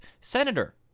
senator